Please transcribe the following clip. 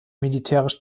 militärisch